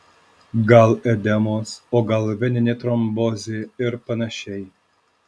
gal edemos o gal veninė trombozė ir panašiai